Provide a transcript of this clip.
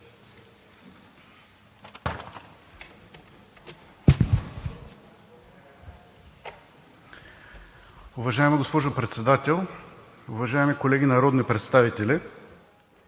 Уважаема госпожо Председател, уважаеми колеги народни представители!